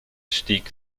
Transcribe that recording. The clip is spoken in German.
stieg